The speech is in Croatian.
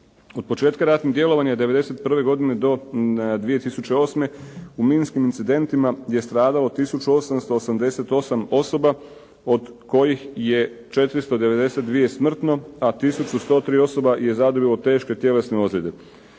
Od početka ratnih djelovanja '91. godine do 2008. godine u minskim incidentima je stradalo tisuću 888 osoba, od kojih je 492 smrtno, a tisuću 103 osoba je zadobilo teške tjelesne ozljede.